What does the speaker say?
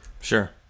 Sure